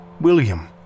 William